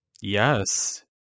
Yes